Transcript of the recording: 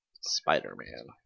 Spider-Man